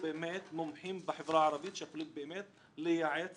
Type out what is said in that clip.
מומחים בחברה הערבית שיכולים באמת לייעץ